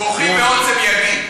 "כוחי ועוצם ידי".